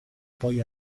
poi